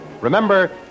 Remember